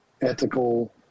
ethical